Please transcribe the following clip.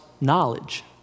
knowledge